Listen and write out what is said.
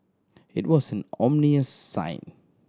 it was an ominous sign